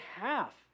half